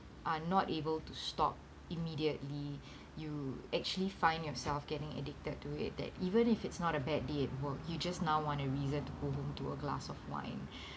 are not able to stop immediately you actually find yourself getting addicted to it that even if it's not a bad day at work you just now want a reason to go home to a glass of wine